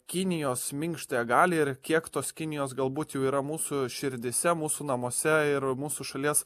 kinijos minkštąją galią ir kiek tos kinijos galbūt jau yra mūsų širdyse mūsų namuose ir mūsų šalies